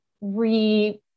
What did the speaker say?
re